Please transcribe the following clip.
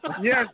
yes